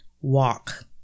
walk